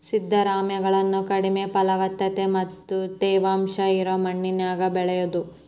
ಸಿರಿಧಾನ್ಯಗಳನ್ನ ಕಡಿಮೆ ಫಲವತ್ತತೆ ಮತ್ತ ತೇವಾಂಶ ಇರೋ ಮಣ್ಣಿನ್ಯಾಗು ಬೆಳಿಬೊದು